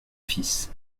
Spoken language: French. fils